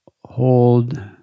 hold